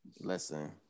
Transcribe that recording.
Listen